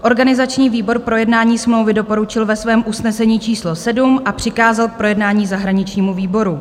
Organizační výbor projednání smlouvy doporučil ve svém usnesení číslo 7 a přikázal k projednání zahraničnímu výboru.